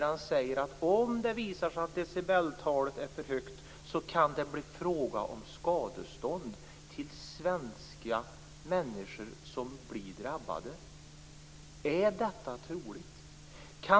Han säger att det, om det visar sig att decibeltalet är för högt, kan bli fråga om skadestånd till svenskar som blir drabbade. Är detta troligt?